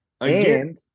again